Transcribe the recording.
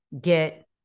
get